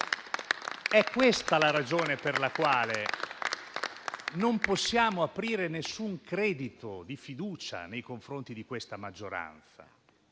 È questa la ragione per la quale non possiamo aprire alcun credito di fiducia nei confronti di questa maggioranza,